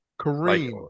Kareem